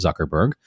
Zuckerberg